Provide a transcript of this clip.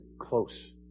close